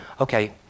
Okay